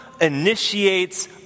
initiates